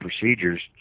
procedures